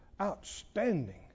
outstanding